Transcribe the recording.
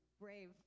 brave